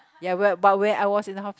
ya but but when I was in the house